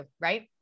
right